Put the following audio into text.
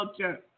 culture